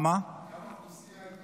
כמה אוכלוסייה הייתה?